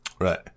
Right